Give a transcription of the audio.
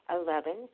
Eleven